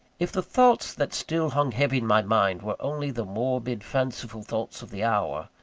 if the thoughts that still hung heavy on my mind were only the morbid, fanciful thoughts of the hour,